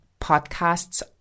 podcasts